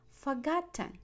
forgotten